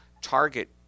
target